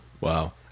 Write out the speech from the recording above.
Wow